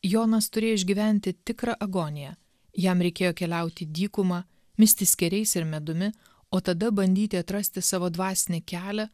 jonas turėjo išgyventi tikrą agoniją jam reikėjo keliaut į dykumą misti skėriais ir medumi o tada bandyti atrasti savo dvasinį kelią